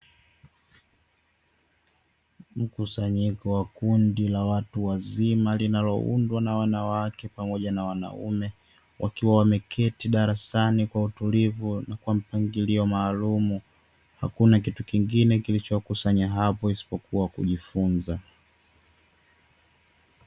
Mkusanyiko wa kundi la watu wazima; linaloundwa na wanawake pamoja na wanaume, wakiwa wameketi darasani kwa utulivu na kwa mpangilio maalumu, hakuna kitu kingine kilichowakusanya hapo isipokuwa kujifunza.